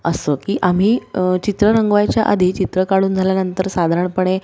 असं की आम्ही चित्र रंगवायच्या आधी चित्र काढून झाल्यानंतर साधारणपणे